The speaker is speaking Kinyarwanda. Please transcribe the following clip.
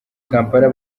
kampala